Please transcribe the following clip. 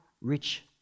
rich